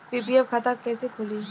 PPF खाता कैसे खुली?